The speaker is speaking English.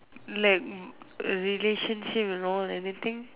like relationship you know anything